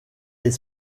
les